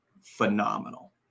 phenomenal